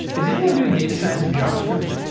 is anyone doing data science in javascript?